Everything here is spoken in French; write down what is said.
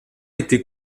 été